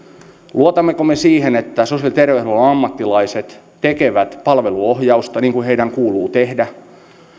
luotammeko me siihen että sosiaali ja terveydenhuollon ammattilaiset tekevät palveluohjausta niin kuin heidän kuuluu tehdä